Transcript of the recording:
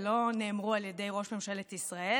הם לא נאמרו על ידי ראש ממשלת ישראל.